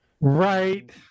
Right